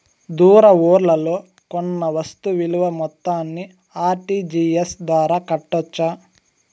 దూర ఊర్లలో కొన్న వస్తు విలువ మొత్తాన్ని ఆర్.టి.జి.ఎస్ ద్వారా కట్టొచ్చా?